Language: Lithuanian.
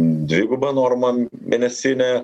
dviguba norma mėnesinė